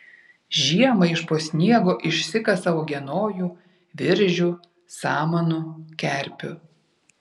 žiemą iš po sniego išsikasa uogienojų viržių samanų kerpių